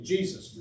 Jesus